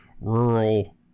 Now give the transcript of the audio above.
rural